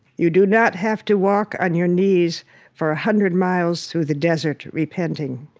you do not have to walk on your knees for a hundred miles through the desert, repenting.